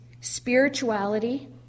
spirituality